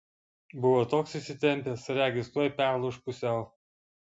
buvo toks įsitempęs regis tuoj perlūš pusiau